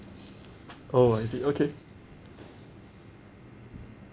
oh I see okay